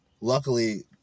Luckily